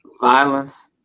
violence